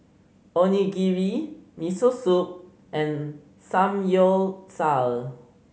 Onigiri Miso Soup and Samgyeopsal